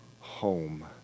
home